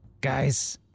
Guys